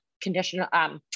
conditional